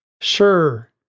Sure